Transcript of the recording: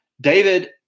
David